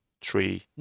Three